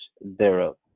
thereof